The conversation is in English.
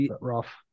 rough